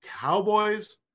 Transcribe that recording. Cowboys